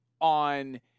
on